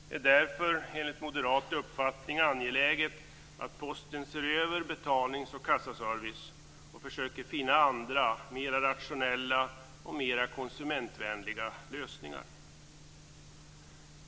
Det är därför enligt moderat uppfattning angeläget att Posten ser över sin betalnings och kassaservice och försöker finna andra mer rationella och mer konsumentvänliga lösningar.